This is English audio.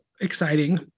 exciting